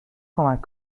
کمک